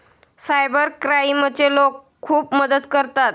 cyber क्राईमचे लोक खूप मदत करतात